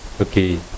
Okay